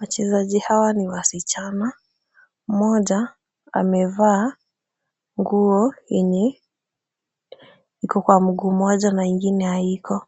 Wachezaji hawa ni wasichana. Mmoja amevaa nguo yenye iko kwa mguu moja na ingine haiko.